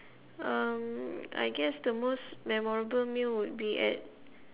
um I guess the most memorable meal would be at